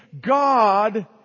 God